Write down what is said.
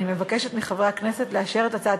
אני מבקשת מחברי הכנסת לאשר את הצעת